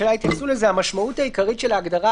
כשהמשמעות העיקרית של ההגדרה,